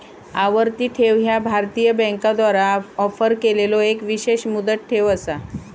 आवर्ती ठेव ह्या भारतीय बँकांद्वारा ऑफर केलेलो एक विशेष मुदत ठेव असा